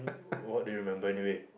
what do you remember anyway